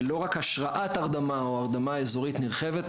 לא רק השראת הרדמה או הרדמה אזורית נרחבת,